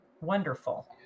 wonderful